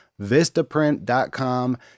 vistaprint.com